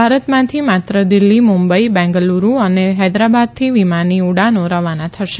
ભારતમાંથી માત્ર દિલ્હી મુંબઇ બેંગાલુરુ અને હૈદરાબાદથી વિમાની ઉડાનો રવાના થશે